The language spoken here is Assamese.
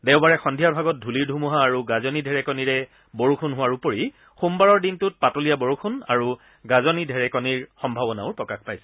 দেওবাৰে সন্ধিয়াৰ ভাগত ধূলিৰ ধুমুহা আৰু গাজনি ঢেৰেকণিৰে বৰষুণ হোৱাৰ উপৰি সোমবাৰৰ দিনটোত পাতলীয়া বৰষুণ আৰু গাজনি ঢেৰেকণিৰ সম্ভাৱনাও প্ৰকাশ পাইছে